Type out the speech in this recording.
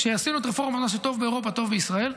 כשעשינו את רפורמת "מה שטוב באירופה טוב בישראל",